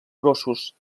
grossos